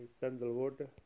sandalwood